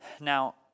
Now